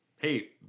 hey